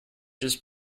just